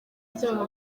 ajyanwa